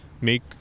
make